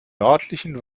nördlichen